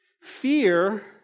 Fear